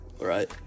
Right